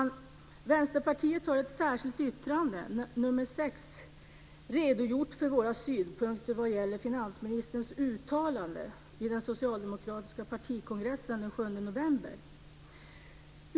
Vi i Vänsterpartiet har i ett särskilt yttrande, nr 6, redogjort för våra synpunkter på finansministerns uttalande vid den socialdemokratiska partikongressen den 7 november.